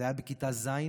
זה היה בכיתה ז'